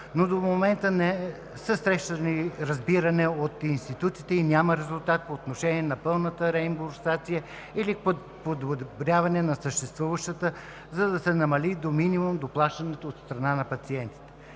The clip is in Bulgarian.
но до момента не са срещнали разбиране от институциите и няма резултат по отношение на пълната реимбурсация или подобряване на съществуващата, за да се намали до минимум доплащането от страна на пациентите.